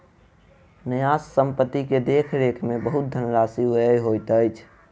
न्यास संपत्ति के देख रेख में बहुत धनराशि व्यय होइत अछि